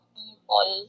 people